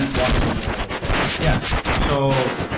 and walk us through that a little bit. yes, so